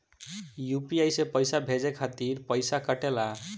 UPI से पइसा भेजने के खातिर पईसा कटेला?